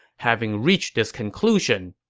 having reached this conclusion,